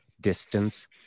distance